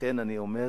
לכן אני אומר,